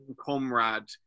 Comrade